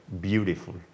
beautiful